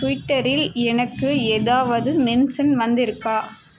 டிவிட்டரில் எனக்கு ஏதாவது மென்சன் வந்திருக்கா